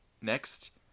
Next